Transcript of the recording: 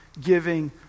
giving